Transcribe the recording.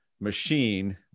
machine